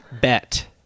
bet